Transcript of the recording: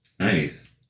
Nice